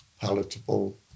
palatable